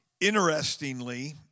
Interestingly